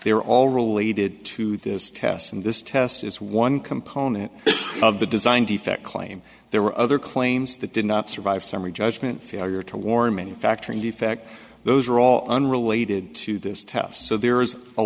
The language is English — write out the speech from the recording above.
they're all related to this test and this test is one component of the design defect claim there were other claims that did not survive summary judgment failure to warn manufacturing defect those are all unrelated to this test so there is a